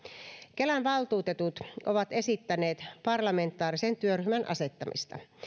kelan valtuutetut ovat esittäneet parlamentaarisen työryhmän asettamista